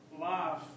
life